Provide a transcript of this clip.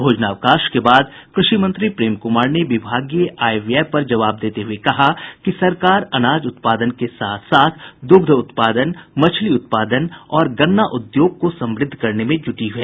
भोजनावकाश के बाद कृषि मंत्री प्रेम कुमार ने विभागीय आय व्यय पर जवाब देते हुए कहा कि सरकार अनाज उत्पादन के साथ साथ दुग्ध उत्पादन मछली उत्पादन और गन्ना उद्योग को समृद्ध करने में जुटी है